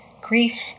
grief